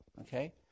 Okay